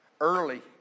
early